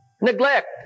Neglect